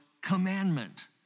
commandment